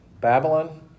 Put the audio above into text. Babylon